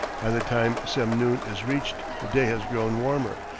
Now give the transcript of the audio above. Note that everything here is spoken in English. by the time semnoon is reached the day has grown warmer,